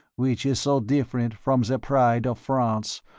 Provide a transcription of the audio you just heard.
which is so different from the pride of france,